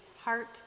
heart